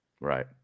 Right